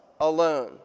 alone